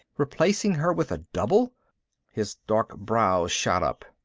replacing her with a double his dark brows shot up.